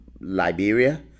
Liberia